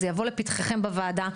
זה יבוא לפתחכם בוועדה.